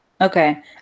Okay